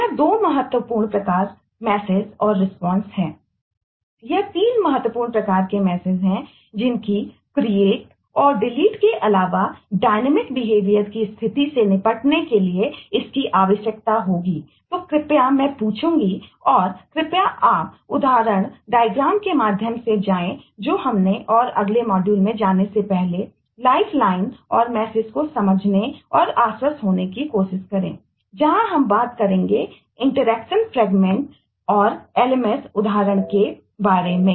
यह यह तीन महत्वपूर्ण प्रकार के मैसेज और LMS उदाहरण के बारे में